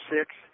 six